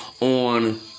on